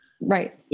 Right